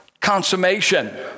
consummation